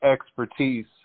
expertise